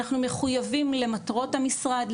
אנחנו מחויבים למטרות המשרד,